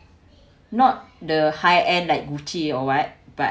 not the high end like Gucci or what but